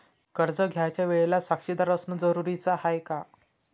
कर्ज घ्यायच्या वेळेले साक्षीदार असनं जरुरीच हाय का?